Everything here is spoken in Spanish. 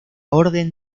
orden